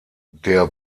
der